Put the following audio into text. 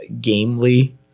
gamely